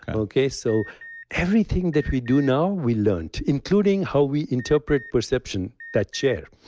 kind of okay? so everything that we do now, we learned, including how we interpret perception. that chair,